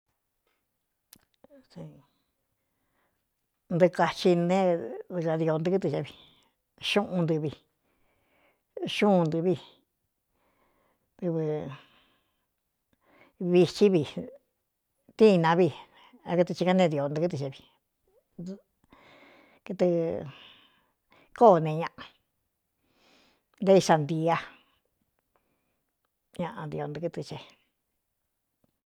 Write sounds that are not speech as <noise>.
Ntɨɨ kaxi neé vkadio ntɨkɨ́tɨ xe vi xuꞌun ntɨvi xuun ntɨvi dɨv <hesitation> vitsí vi tíina vi a kɨtɨ xhikae neédio ntɨkɨ́ɨxe vi kɨtɨ <hesitation> kóó nee ñꞌa nté iꞌxa ntia ñaꞌa dio ntɨ̄kɨ́tɨ xee.